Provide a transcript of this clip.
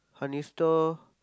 honey store